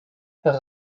herr